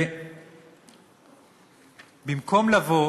ובמקום לבוא